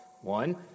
One